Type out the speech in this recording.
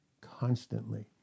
constantly